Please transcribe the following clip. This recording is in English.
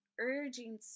urging